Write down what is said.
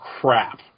crap